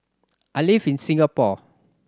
I live in Singapore